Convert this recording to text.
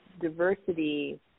diversity